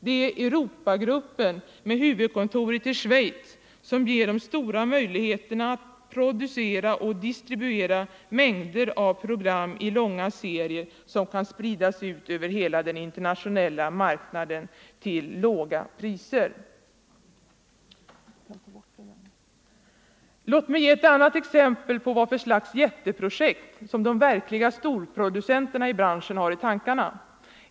Det är Europagruppen —- med huvudkontoret i Schweiz — som ger de stora möjligheterna att producera och distribuera mängder av program i långa serier som kan spridas ut över hela den internationella marknaden till låga priser. Låt mig ge ett annat exempel på vad för slags jätteprojekt som de verkliga storproducenterna i branschen har i tankarna.